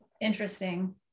Interesting